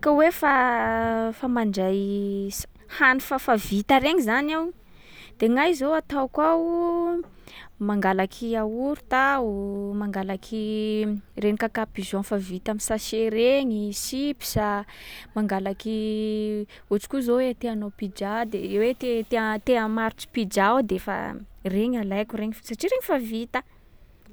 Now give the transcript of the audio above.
ka hoe fa- fa mandray s- hany fa- fa vita regny zany ao, de gnahy zao atako ao: mangalaky yaourt aho, mangalaky reny cacapigeon fa vita am’sachet regny, chips a. Mangalaky ohatry koa zao hoe te hanao pizza de hoe te- te ha- te hamarotry pizza aho de fa regny alaiko regny, fa satria regny fa vita.